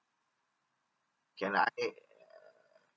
can I err